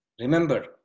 Remember